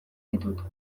ditut